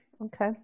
Okay